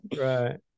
right